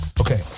Okay